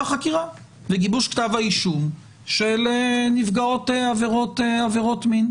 החקירה וגיבוש כתב האישום של נפגעות עבירות מין?